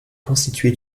constitué